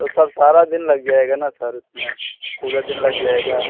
तो सर सारा दिन लग जाएगा ना सर इसमें पूरा दिन लग जाएगा